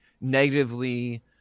negatively